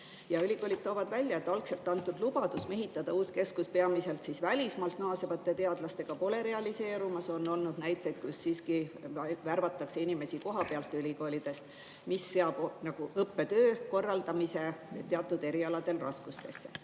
Ülikoolid toovad välja, et algselt antud lubadus mehitada uus keskus peamiselt välismaalt naasvate teadlastega pole realiseerumas. On olnud näiteid, kus siiski värvatakse inimesi kohapealt ülikoolidest, mis seab õppetöö korraldamise teatud erialadel raskustesse.